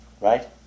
right